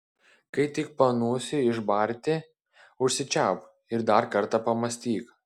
kai tik panūsi išbarti užsičiaupk ir dar kartą pamąstyk